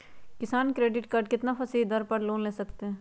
किसान credit card कितना फीसदी दर पर लोन ले सकते हैं?